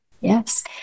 Yes